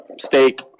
Steak